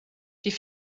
die